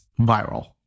viral